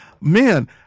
Man